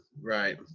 right